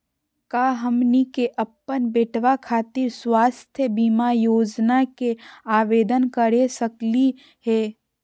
का हमनी के अपन बेटवा खातिर स्वास्थ्य बीमा योजना के आवेदन करे सकली हे?